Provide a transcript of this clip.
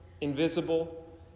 invisible